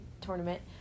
tournament